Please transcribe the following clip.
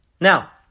Now